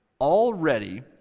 Already